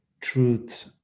truth